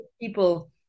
people